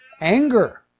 anger